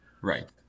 right